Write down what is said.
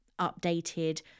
updated